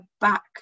back